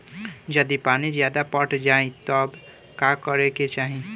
यदि पानी ज्यादा पट जायी तब का करे के चाही?